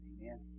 Amen